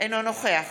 אינו נוכח